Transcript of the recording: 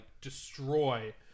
destroy